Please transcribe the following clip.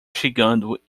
chegando